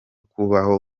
kubaho